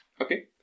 Okay